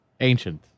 ancient